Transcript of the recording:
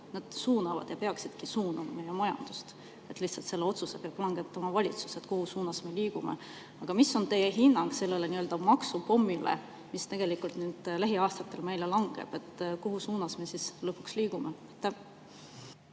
maksud suunavad ja peavadki suunama meie majandust. Lihtsalt selle otsuse peab langetama valitsus, kuhu suunas me liigume. Aga mis on teie hinnang sellele nii-öelda maksupommile, mis tegelikult nüüd lähiaastatel meile langeb? Kuhu suunas me lõpuks liigume?